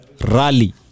rally